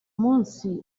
munsi